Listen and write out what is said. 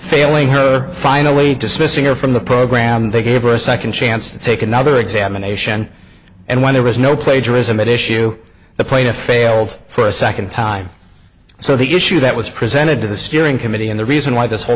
failing her finally dismissing or from the program they gave her a second chance to take another examination and when there was no plagiarism at issue the plaintiff failed for a second time so the issue that was presented to the steering committee and the reason why this whole